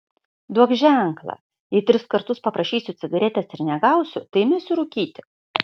duok ženklą jei tris kartus paprašysiu cigaretės ir negausiu tai mesiu rūkyti